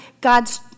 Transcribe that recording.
God's